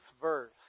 verse